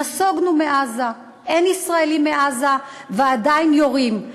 נסוגונו מעזה, אין ישראלים בעזה, ועדיין יורים.